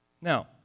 Now